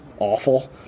awful